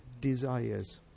desires